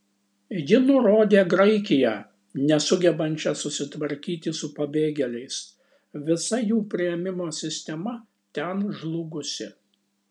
ji nurodė graikiją nesugebančią susitvarkyti su pabėgėliais visa jų priėmimo sistema ten žlugusi